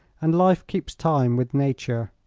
and life keeps time with nature.